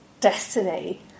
destiny